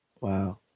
wow